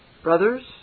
Brothers